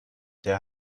der